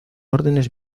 órdenes